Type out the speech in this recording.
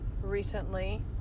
recently